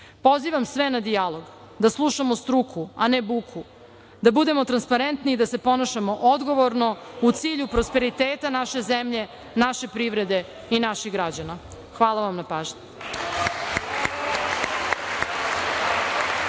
Srbiji. Pozivam sve na dijalog da slušamo struku, a ne buku, da budemo transparentni i da se ponašamo odgovorno u cilju prosperiteta naše zemlje, naše privrede i naših građana. Hvala vam na pažnji.